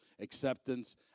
acceptance